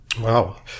Wow